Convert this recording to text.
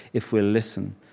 if we'll listen.